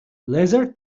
laser